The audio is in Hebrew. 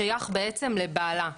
שייך בעצם לבעלה,